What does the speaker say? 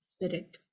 Spirit